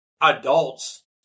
adults